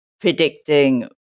predicting